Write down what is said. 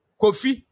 kofi